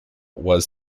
was